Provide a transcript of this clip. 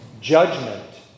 judgment